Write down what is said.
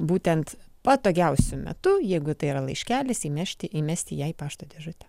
būtent patogiausiu metu jeigu tai yra laiškelis įnešti įmesti ją į pašto dėžutę